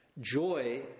Joy